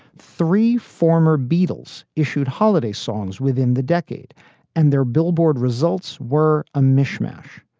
three former beatles issued holiday songs within the decade and their billboard results were a mishmash.